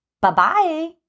Bye-bye